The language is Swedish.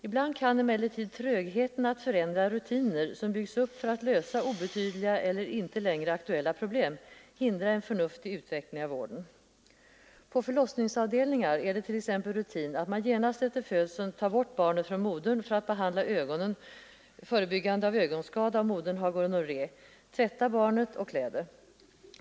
Ibland kan emellertid trögheten att förändra rutiner, som byggts upp för att lösa obetydliga eller icke längre aktuella problem, hindra en förnuftig utveckling av vården. På förlossningsavdelningar är det t.ex. rutin att man genast efter födseln tar bort barnet från modern för att behandla ögonen , tvätta barnet och klä det.